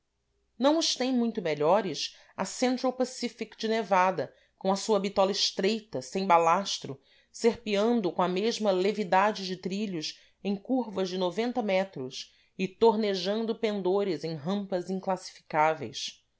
não os tem muito melhores a central pacific de nevada com a sua bitola estreita sem balastro serpeando com a mesma levidade de trilhos em curvas de metros e tornejando pendores em rampas inclassificáveis